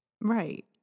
right